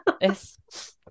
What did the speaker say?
yes